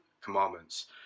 Commandments